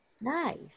Nice